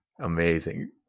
Amazing